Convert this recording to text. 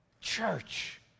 Church